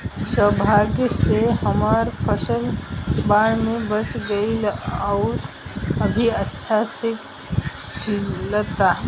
सौभाग्य से हमर फसल बाढ़ में बच गइल आउर अभी अच्छा से खिलता